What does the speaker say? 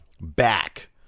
back